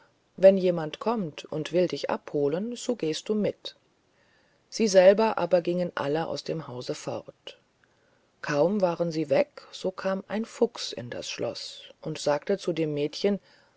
wenn jemand kommt und will dich abholen so gehst du mit sie selber aber gingen alle aus dem hause fort kaum waren sie weg so kam ein fuchs in das schloß und sagte zu dem mädchen